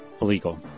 illegal